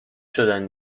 شدن